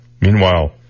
Meanwhile